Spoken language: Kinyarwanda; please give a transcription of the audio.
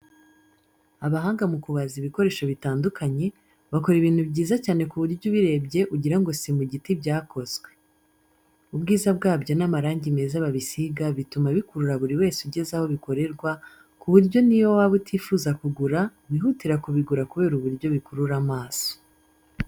Abahanga mu kubaza ibikoresho bitandukanye, bakora ibintu byiza cyane ku buryo ubirebye ugira ngo si mu giti byakozwe. Ubwiza bwabyo n’amarangi meza babisiga bituma bikurura buri wese ugeze aho bikorerwa, ku buryo n’iyo waba utifuza kugura, wihutira kubigura kubera uburyo bikurura amaso.